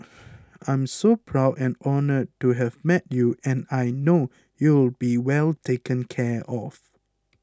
I'm so proud and honoured to have met you and I know you'll be well taken care of